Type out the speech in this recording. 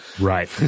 Right